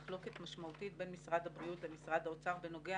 מחלוקת משמעותית בין משרד הבריאות למשרד האוצר בנוגע